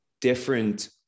different